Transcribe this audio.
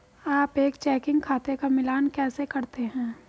आप एक चेकिंग खाते का मिलान कैसे करते हैं?